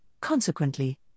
consequently